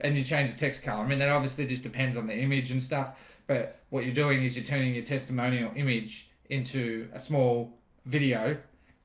and you change the text color? i mean then obviously just depends on the image and stuff but what you're doing is you're turning your testimonial image into a small video